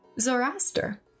Zoroaster